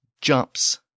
jumps